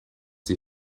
sie